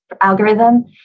algorithm